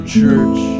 church